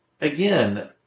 again